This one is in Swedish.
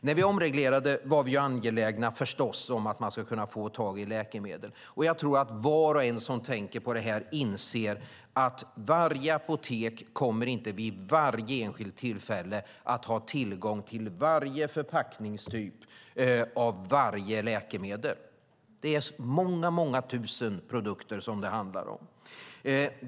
När vi omreglerade var vi förstås angelägna om att man skulle kunna få tag på läkemedel. Jag tror att var och en som tänker på detta inser att varje apotek inte kommer att vid varje enskilt tillfälle ha tillgång till varje förpackningstyp av varje läkemedel. Det är många tusen produkter det handlar om.